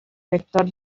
vector